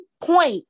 point